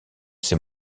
ces